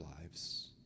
lives